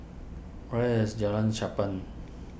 where is Jalan Cherpen